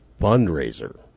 Fundraiser